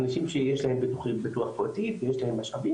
אנשים שיש להם ביטוח פרטי ויש להם משאבים